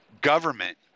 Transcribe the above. government